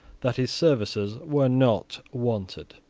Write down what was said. that his services were not wanted.